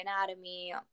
anatomy